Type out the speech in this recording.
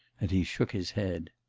and he shook his head.